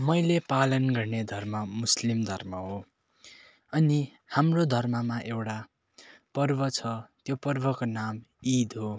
मैले पालन गर्ने धर्म मुस्लिम धर्म हो अनि हाम्रो धर्ममा एउटा पर्व छ त्यो पर्वको नाम ईद हो